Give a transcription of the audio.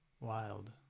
Wild